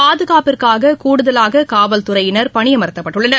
பாதுகாப்பிற்காக கூடுதலாக காவல்துறையினர் பணியமர்த்தப் பட்டுள்ளனர்